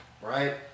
right